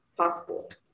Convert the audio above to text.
passport